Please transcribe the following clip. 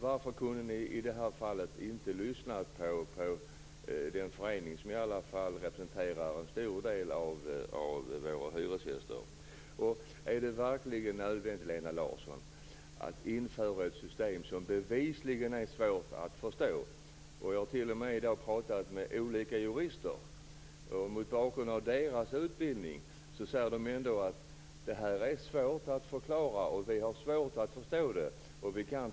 Varför kunde ni inte ha lyssnat på den förening som representerar en stor del av hyresgästerna? Är det verkligen nödvändigt, Lena Larsson, att införa ett system som bevisligen är svårt att förstå? Jag har i dag pratat med olika jurister. De säger att detta är svårt att förklara och svårt att förstå.